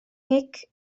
mhic